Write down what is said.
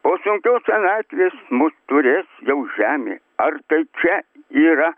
po sunkios senatvės mus turės jau žemė ar tai čia yra